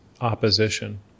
opposition